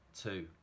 two